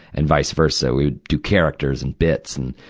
and vice versa. we would do characters and bits and.